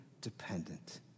dependent